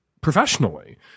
professionally